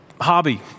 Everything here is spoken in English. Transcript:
hobby